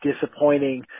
disappointing